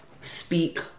Speak